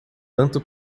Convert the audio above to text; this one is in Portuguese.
tanto